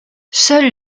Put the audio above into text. seules